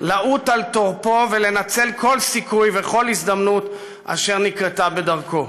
לעוט על טרפו ולנצל כל סיכוי וכל הזדמנות אשר נקרתה בדרכו.